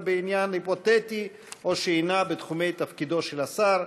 בעניין היפותטי או שאינה בתחומי תפקידו של השר,